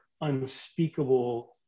unspeakable